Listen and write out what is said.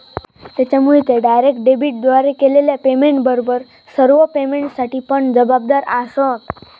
त्येच्यामुळे ते डायरेक्ट डेबिटद्वारे केलेल्या पेमेंटबरोबर सर्व पेमेंटसाठी पण जबाबदार आसंत